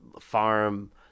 farm